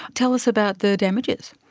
tell us about the damages.